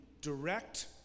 direct